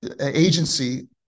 agency